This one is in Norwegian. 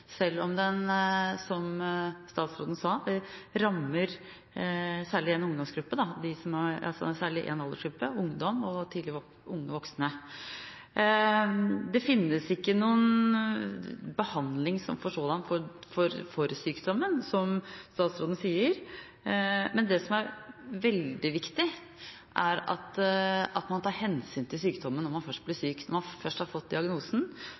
selv om den, som statsråden sa, rammer særlig én aldersgruppe – ungdom og unge voksne. Det finnes ikke noen behandling som sådan for sykdommen, som statsråden sier. Men det som er veldig viktig, er at man tar hensyn til sykdommen når man først blir syk. Når man først har fått diagnosen,